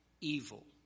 evil